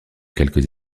quelques